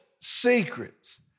secrets